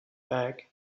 bag